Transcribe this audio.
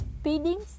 speeding